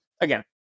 again